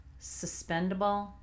suspendable